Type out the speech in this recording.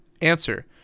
Answer